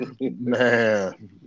man